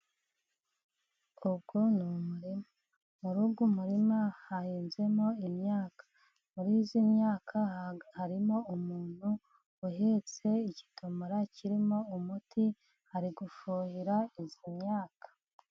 Uyu ni umurima. Muri uyu murima hahinzemo imyaka. Muri iyi myaka harimo umuntu uhetse ikidomoro kirimo umuti, ari gufuhira iyi myaka.